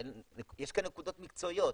יש כאן נקודות מקצועיות,